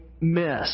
miss